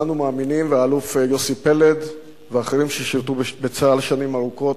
אלוף יוסי פלד ואחרים, ששירתו בצה"ל שנים ארוכות,